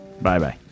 Bye-bye